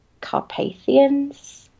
Carpathian's